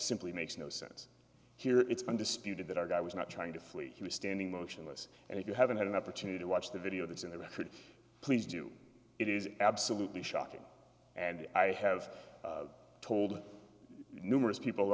simply makes no sense here it's undisputed that our guy was not trying to flee he was standing motionless and if you haven't had an opportunity to watch the video that's in the record please do it is absolutely shocking and i have told numerous people